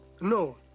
No